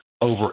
over